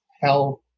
health